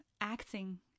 acting